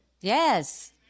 Yes